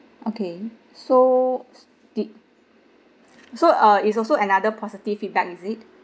okay so did so uh is also another positive feedback is it